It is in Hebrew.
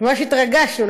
ממש התרגשנו,